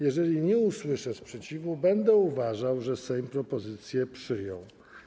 Jeżeli nie usłyszę sprzeciwu, będę uważał, że Sejm propozycję przyjął.